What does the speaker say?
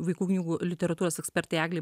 vaikų knygų literatūros ekspertei eglei